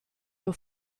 your